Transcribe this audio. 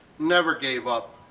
never gave up.